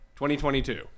2022